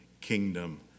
kingdom